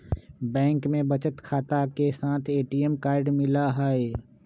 bank में बचत खाता के साथ ए.टी.एम कार्ड मिला हई